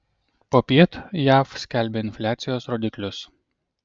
popiet jav skelbia infliacijos rodiklius